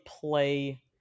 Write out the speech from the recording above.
play